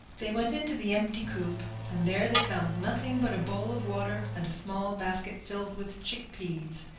they went into the empty coop and there they found nothing but a bowl of water and a small basket filled with chick-peas.